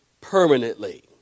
permanently